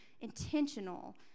intentional